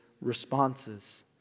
responses